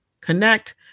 connect